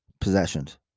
possessions